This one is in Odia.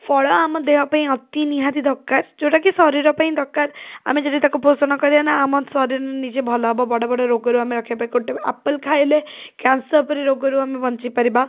ଫଳ ଆମ ଦେହ ପାଇଁ ଅତି ନିହାତି ଦରକାର ଯେଉଁଟାକି ଶରୀର ପାଇଁ ଦରକାର ଆମେ ଯଦି ତାକୁ ପୋଷଣ କରିବା ନା ଆମ ଶରୀର ନିଜେ ଭଲ ହେବ ବଡ଼ ବଡ଼ ରୋଗରୁ ଆମେ ରକ୍ଷା ପାଇବା ଗୋଟେ ଆପଲ୍ ଖାଇଲେ କ୍ୟାନ୍ସର୍ ପରି ରୋଗରୁ ଆମେ ବଞ୍ଚିପାରିବା